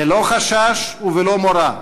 בלא חשש ובלא מורא.